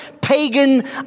pagan